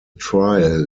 trial